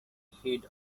feed